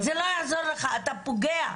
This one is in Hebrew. אתה פוגע.